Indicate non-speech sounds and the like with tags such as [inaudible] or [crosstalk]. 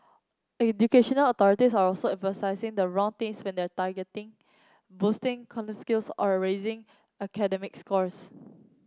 educational authorities are also emphasising the wrong things when they target boosting [unintelligible] skills or raising academic scores